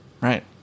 right